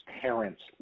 parents